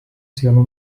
sienų